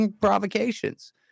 provocations